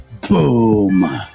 Boom